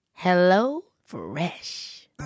HelloFresh